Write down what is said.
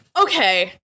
Okay